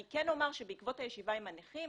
אני כן אומר שבעקבות הישיבה עם הנכים